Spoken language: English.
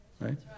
Right